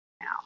now